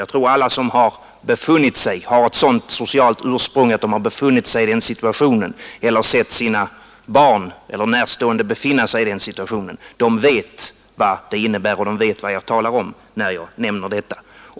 Jag tror att alla som har ett sådant socialt ursprung att de har befunnit sig i den situationen eller sett sina barn eller närstående befinna sig i den situationen vet vad det innebär och vet vad jag talar om när jag nämner detta.